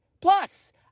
Plus